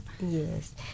Yes